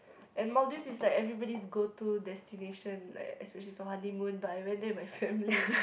and Maldives is like everybody's go to destination like especially for honeymoon but I went there with my family